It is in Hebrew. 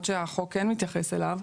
למרות שהחוק כן מתייחס אליו.